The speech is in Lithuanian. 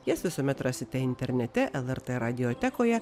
jas visuomet rasite internete elertė radiotekoje